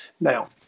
Now